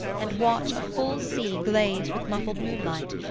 and watch a full sea glazed with muffled moonlight,